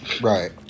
Right